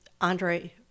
Andre